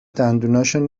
دندوناشو